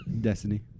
Destiny